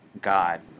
God